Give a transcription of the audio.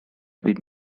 been